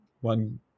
one